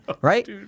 Right